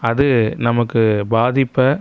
அது நமக்கு பாதிப்பை